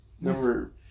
Number